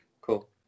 Cool